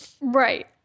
Right